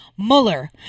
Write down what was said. Mueller